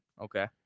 Okay